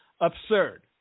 absurd